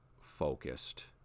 focused